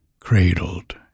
cradled